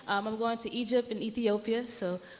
i'm going to egypt and ethiopia. so